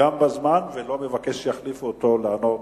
גם בזמן, והוא לא מבקש שיחליפו אותו לענות